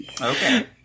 okay